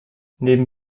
neben